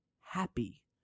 happy